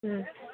ಹ್ಞೂ